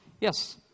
Yes